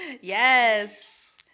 yes